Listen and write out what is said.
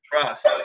trust